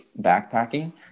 backpacking